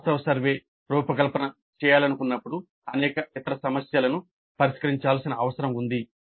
వాస్తవ సర్వే రూపం రూపకల్పన చేయాలనుకున్నప్పుడు అనేక ఇతర సమస్యలను పరిష్కరించాల్సిన అవసరం ఉంది